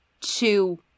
two